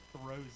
throws